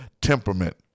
temperament